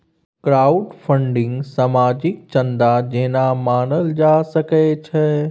crowdfunding सामाजिक चन्दा जेना मानल जा सकै छै